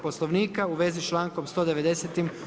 Poslovnika u vezi s člankom 190.